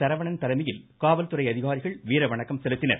சரவணன் தலைமையில் காவல்துறை அதிகாரிகள் வீர வணக்கம் செலுத்தினர்